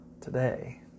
today